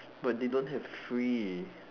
but they don't have free